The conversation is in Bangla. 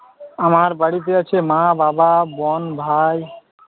আমার বাড়িতে আছে মা বাবা বোন ভাই